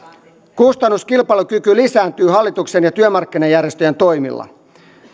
kustannuskilpailukyky lisääntyy hallituksen ja työmarkkinajärjestöjen toimilla